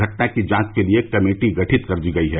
घटना की जांच के लिए कमेटी गठित कर दी गई है